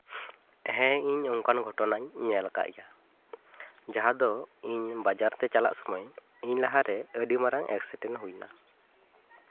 ᱦᱮᱸ ᱤᱧ ᱚᱱᱠᱟᱱ ᱜᱷᱚᱴᱚᱱᱟᱧ ᱧᱮᱞ ᱠᱟᱜ ᱜᱮᱭᱟ ᱡᱟᱦᱟᱸ ᱫᱚ ᱤᱧ ᱵᱟᱡᱟᱨ ᱛᱮ ᱪᱟᱞᱟᱜ ᱥᱚᱢᱚᱭ ᱤᱧ ᱞᱟᱦᱟᱨᱮ ᱟᱹᱰᱤ ᱢᱟᱨᱟᱝ ᱮᱠᱥᱤᱰᱮᱱᱴ ᱦᱩᱭ ᱱᱟ